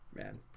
man